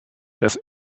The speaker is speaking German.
das